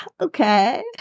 Okay